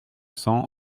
cents